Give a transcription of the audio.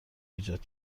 ایجاد